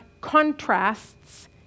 contrasts